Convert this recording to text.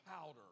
powder